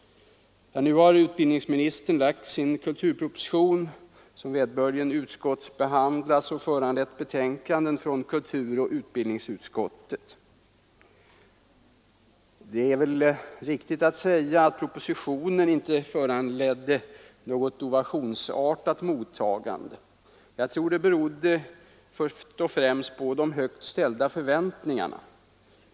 Nu har utbildningsministern framlagt sin kulturproposition, som vederbörligen utskottsbehandlats och föranlett betänkanden från kulturoch utbildningsutskotten. Det är väl riktigt att säga att propositionen inte fick något ovationsartat mottagande. Jag tror att det först och främst berodde på de högt ställda förväntningarna.